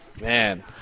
Man